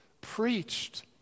preached